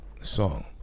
song